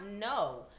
no